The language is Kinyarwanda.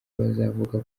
bazavuga